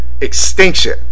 Extinction